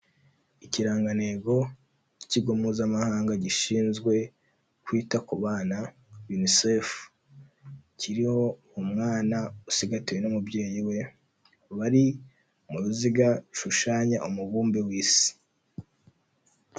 Ikirangantego cy'ikigo mpuzamahanga gishinzwe kwita ku bana UNICEF, kiriho umwana usigatiwe n'umubyeyi we, bari mu ruziga rushushanya umubumbe w'isi.